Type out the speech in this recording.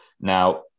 Now